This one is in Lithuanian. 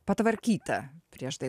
patvarkyta prieš tai